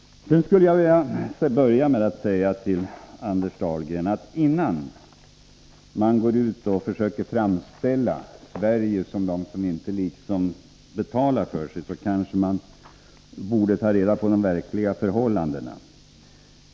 Sedan skulle jag vilja säga till Anders Dahlgren att innan man går ut och försöker framställa Sverige som det land som inte betalar för sig kanske man borde ta reda på de verkliga förhållandena.